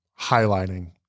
highlighting